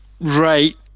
right